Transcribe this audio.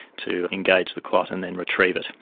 to engage the clot and then retrieve it,